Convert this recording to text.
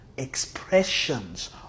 expressions